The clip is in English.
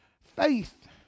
faith